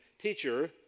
Teacher